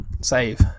Save